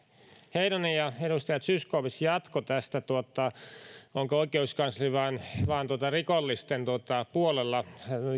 heinonen ja edustaja zyskowicz jatkoi tästä onko oikeuskansleri vain rikollisten puolella